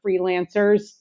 freelancers